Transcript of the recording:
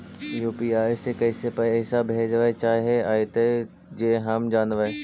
UPI से कैसे पैसा भेजबय चाहें अइतय जे हम जानबय?